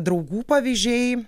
draugų pavyzdžiai